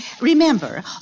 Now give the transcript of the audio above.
Remember